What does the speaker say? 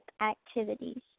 activities